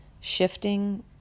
Shifting